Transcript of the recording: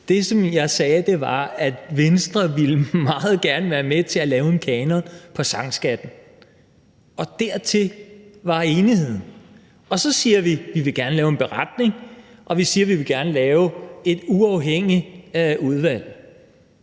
Det, som jeg sagde, var, at Venstre ville meget gerne være med til at lave en kanon for sangskatten, og dertil var enigheden. Og så siger vi, at vi gerne vil lave en beretning, og vi siger, at vi gerne vil lave et uafhængigt udvalg.